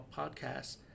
Podcasts